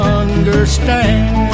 understand